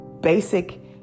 basic